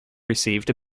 received